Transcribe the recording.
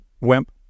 Wimp